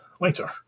later